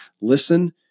listen